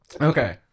Okay